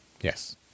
Yes